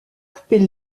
couper